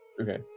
Okay